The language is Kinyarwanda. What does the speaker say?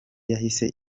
yahise